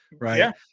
Right